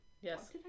Yes